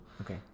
Okay